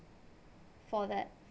for that